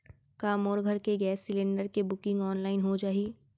का मोर घर के गैस सिलेंडर के बुकिंग ऑनलाइन हो जाही?